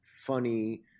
funny